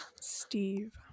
Steve